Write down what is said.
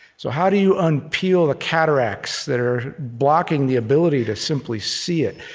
so how do you unpeel the cataracts that are blocking the ability to simply see it?